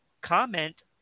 comment